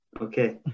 Okay